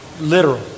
literal